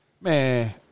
man